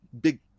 big